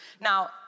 Now